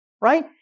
right